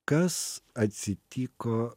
kas atsitiko